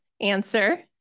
answer